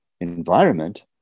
environment